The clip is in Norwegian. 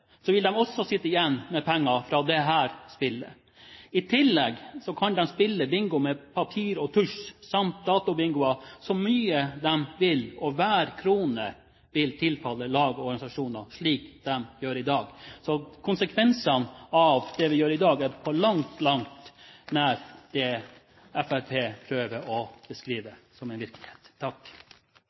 så mye de vil, og hver krone vil tilfalle lag og organisasjoner, slik de gjør i dag. Så konsekvensene av det vi gjør i dag, er på langt nær det Fremskrittspartiet prøver å beskrive som en virkelighet.